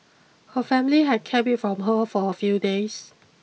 her family had kept it from her for a few days